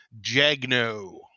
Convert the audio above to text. Jagno